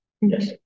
Yes